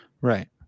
Right